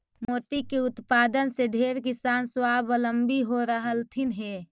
मोती के उत्पादन से ढेर किसान स्वाबलंबी हो रहलथीन हे